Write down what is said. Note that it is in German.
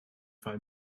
fall